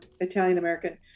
Italian-American